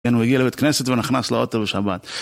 כן, הוא הגיע לבית כנסת ונכנס לאוטו בשבת.